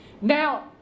Now